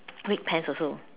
red pants also